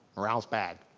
morale's bad.